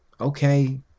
okay